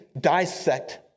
dissect